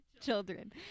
children